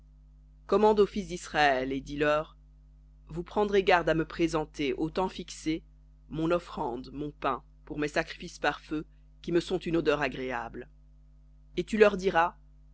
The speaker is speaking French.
aux fils d'israël et dis-leur vous prendrez garde à me présenter au temps fixé mon offrande mon pain pour mes sacrifices par feu qui me sont une odeur agréable et tu leur diras